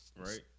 right